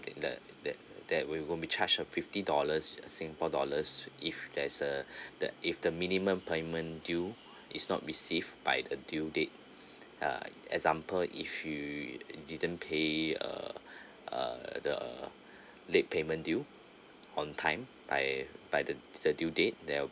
that that that we will be going to charge a fifty dollars singapore dollars if there's if the minimum payment due it's not received by the due date uh example if you didn't pay uh uh the late payment due on time by by the the due date there'll